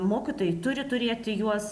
mokytojai turi turėti juos